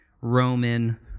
Roman